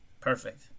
Perfect